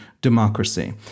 democracy